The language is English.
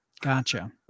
Gotcha